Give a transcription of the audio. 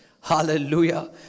Hallelujah